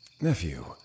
Nephew